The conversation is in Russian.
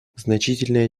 значительное